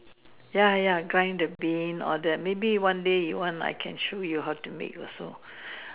ya ya grind the Bean or that maybe one day you want I can show you how to make also